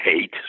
hate